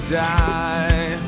die